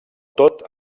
tot